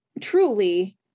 truly